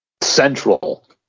Central